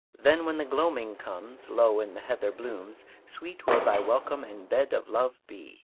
then, when the gloaming comes, low in the heather blooms, sweet will thy welcome and bed of love be!